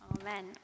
Amen